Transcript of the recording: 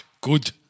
good